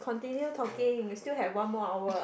continue talking you still have one more hour